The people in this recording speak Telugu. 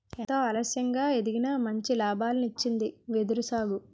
ఎంతో ఆలస్యంగా ఎదిగినా మంచి లాభాల్నిచ్చింది వెదురు సాగు